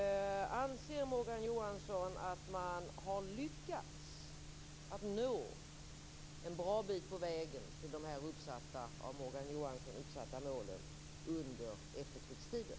Anser Morgan Johansson att man har lyckats att nå en bra bit på vägen mot de av honom här uppsatta målen under efterkrigstiden?